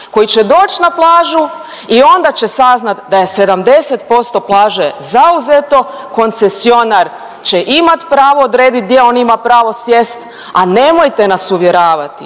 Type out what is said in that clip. koji će doć na plažu i onda će saznat da je 70% plaže zauzeto, koncesionar će imat pravo odredit gdje on ima pravo sjest, a nemojte nas uvjeravati